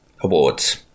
awards